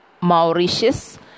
Mauritius